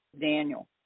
Daniel